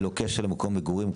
ללא קשר למקום מגורים.